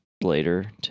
later